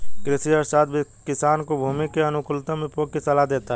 कृषि अर्थशास्त्र किसान को भूमि के अनुकूलतम उपयोग की सलाह देता है